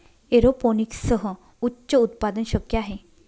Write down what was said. एरोपोनिक्ससह उच्च उत्पादन शक्य आहे